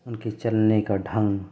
ان کے چلنے کا ڈھنگ